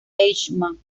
eichmann